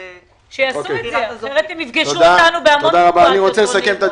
אחרת הם יפגשו אותנו בנושאים אחרים.